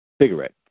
Cigarette